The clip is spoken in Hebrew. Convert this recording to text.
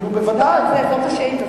שלא לדבר על סוחרים במרכז העיר.